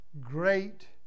great